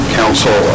council